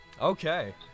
Okay